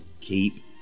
keep